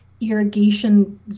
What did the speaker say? irrigation